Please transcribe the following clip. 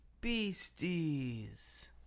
beasties